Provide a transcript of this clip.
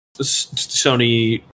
Sony